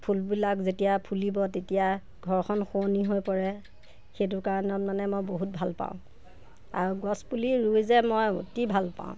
ফুলবিলাক যেতিয়া ফুলিব তেতিয়া ঘৰখন শুৱনি হৈ পৰে সেইটো কাৰণত মানে মই বহুত ভাল পাওঁ আৰু গছপুলি ৰুই যে মই অতি ভাল পাওঁ